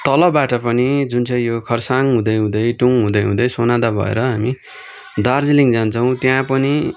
तलबाट पनि जुन चाहिँ यो खरसाङ हुँदै हुँदै टुङ हुँदै हुँदै सोनादा भएर हामी दार्जिलिङ जान्छौँ त्यहाँ पनि